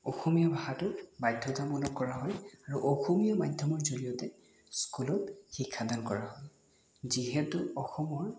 অসমীয়া ভাষাটো বাধ্যতামূলক কৰা হয় আৰু অসমীয়া মাধ্যমৰ জৰিয়তে স্কুলত শিক্ষাদান কৰা হয় যিহেতু অসমৰ